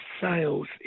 sales